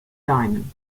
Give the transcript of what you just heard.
diamond